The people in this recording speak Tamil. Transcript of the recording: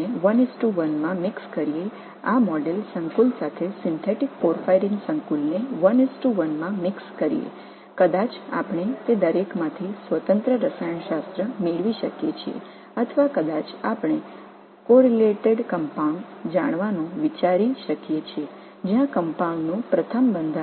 நாம் அவற்றை 11 என்ற விகிதத்தில் கலக்கும்போது 11 என்ற விகிதத்தில் செயற்கை பார்பைரின் சேர்மத்தை மாதிரி சேர்மத்துடன் கலக்கவும் ஒருவேளை அந்த ஒவ்வொரு மையத்திலிருந்தும் நாம் சுயாதீன வேதியியலைப் பெறலாம் அல்லது ஒன்றுக்கொன்று தொடர்புடைய